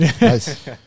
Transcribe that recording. Nice